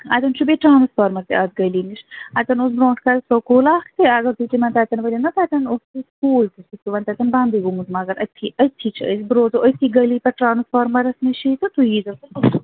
اتٮ۪ن چھُ بیٚیہِ ٹرٛانٕسفارمر تہِ اکھ گٔلِی نِش اتٮ۪ن اوس برٛونٛٹھ کالہِ سکوٗل اکھ تہِ اگر تُہۍ تِمن تتٮ۪ن تہِ ؤنِو نا ییٚتٮ۪ن اوس سُہ سکوٗل تہِ سُہ چھُ تتٮ۪ن وۅنۍ بنٛدٕے گوٚمُت مگر أتۍتھٕے أتۍتھٕے چھِ أسۍ بہٕ روززو أتی گٔلِی پٮ۪ٹھ ٹرٛانٕسفارمرس نِشٕے تہٕ تُہۍ ییٖزیٚوپَتہٕ پانے